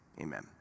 amen